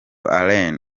allen